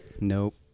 Nope